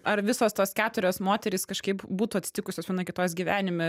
ar visos tos keturios moterys kažkaip būtų atsitikusios viena kitos gyvenime